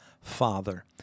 Father